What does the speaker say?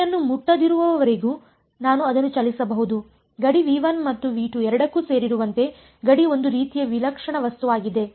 ಗಡಿಯನ್ನು ಮುಟ್ಟದಿರುವವರೆಗೂ ನಾನು ಅದನ್ನು ಚಲಿಸಬಹುದು ಗಡಿ ಮತ್ತು ಎರಡಕ್ಕೂ ಸೇರಿರುವಂತೆ ಗಡಿ ಒಂದು ರೀತಿಯ ವಿಲಕ್ಷಣ ವಸ್ತುವಾಗಿದೆ